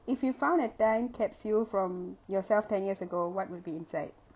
if you found a time capsule from yourself ten years ago what would be inside